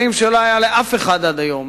כלים שלא היה לאף אחד עד היום.